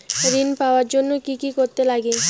ঋণ পাওয়ার জন্য কি কি করতে লাগে?